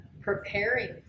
preparing